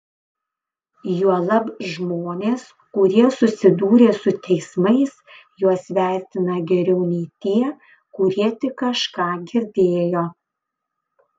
juolab žmonės kurie susidūrė su teismais juos vertina geriau nei tie kurie tik kažką girdėjo